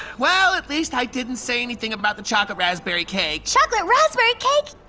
well, at least i didn't say anything about the chocolate raspberry cake. chocolate raspberry cake!